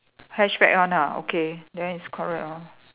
hatchback one ah okay then is correct lor